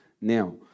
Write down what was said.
Now